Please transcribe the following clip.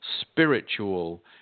spiritual